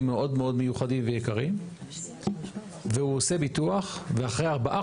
מאוד מאוד מיוחדים ויקרים והוא עושה ביטוח ואחרי ארבעה